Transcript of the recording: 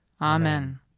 Amen